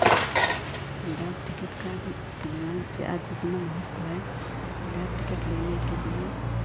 डाक टिकट का आज के ज़माने में आज इतना महत्व है कि डाक टिकट लेने के लिए